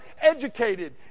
educated